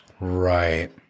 Right